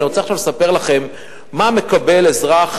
אני רוצה עכשיו לספר לכם מה מקבל אזרח